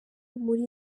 muri